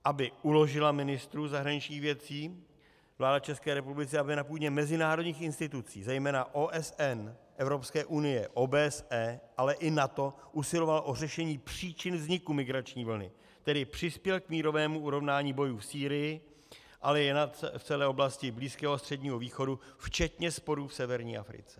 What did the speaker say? Aby uložila ministru zahraničních věcí vláda České republiky, aby na půdě mezinárodních institucí, zejména OSN, Evropské unie, OBSE ale i NATO, usiloval o řešení příčin vzniku migrační vlny, tedy přispěl k mírovému urovnání bojů v Sýrii, ale i v celé oblasti Blízkého a Středního východu včetně sporů v severní Africe.